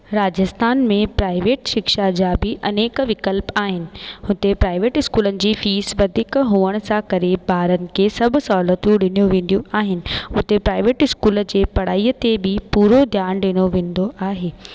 राजस्थान में प्राइवेट शिक्षा जा बि अनेक विकल्प आहिनि हुते प्राइवेट स्कूलनि जी फीस वधीक हुजण सां करे खे इहे सभु सहूलतूं ॾिनियूं वेंदियूं आहिनि उते प्राइवेट स्कूल जे पढ़ाईअ ते बि पूरो ध्यान ॾिनो वेंदो आहे